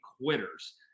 quitters